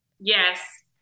Yes